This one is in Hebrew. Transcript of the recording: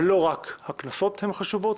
ולא רק הקנסות הם חשובים,